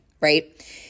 right